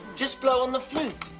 just blow on the flute.